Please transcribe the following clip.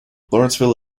lawrenceville